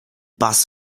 bass